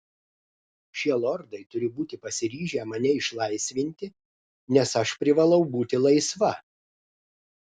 šie lordai turi būti pasiryžę mane išlaisvinti nes aš privalau būti laisva